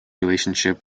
relationship